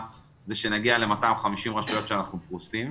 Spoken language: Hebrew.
זה שנגיע ל-250 רשויות שאנחנו פרוסים.